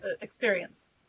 experience